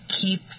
keep